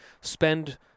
spend